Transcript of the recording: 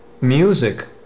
music